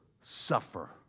suffer